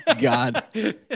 God